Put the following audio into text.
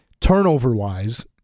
turnover-wise